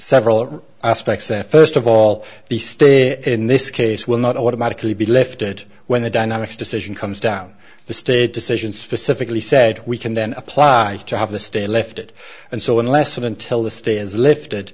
several aspects first of all the state in this case will not automatically be lifted when the dynamics decision comes down the state decision specifically said we can then apply to have the state lifted and so unless and until the stay is lifted